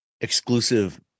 exclusive